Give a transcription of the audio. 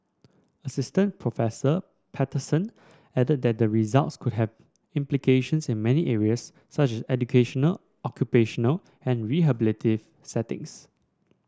Assistant Prof Patterson added that the results could have implications in many areas such educational occupational and rehabilitative settings